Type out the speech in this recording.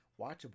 watchable